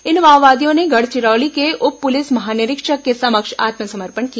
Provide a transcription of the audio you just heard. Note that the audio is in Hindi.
इन माओवादियों ने गढ़चिरौली के उप पुलिस महानिरीक्षक के समक्ष आत्मसमर्पण किया